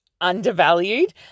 undervalued